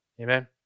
amen